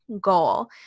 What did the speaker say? goal